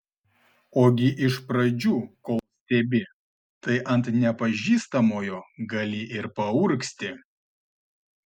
ogi iš pradžių kol stebi tai ant nepažįstamojo gali ir paurgzti